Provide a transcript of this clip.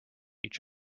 each